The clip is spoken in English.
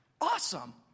awesome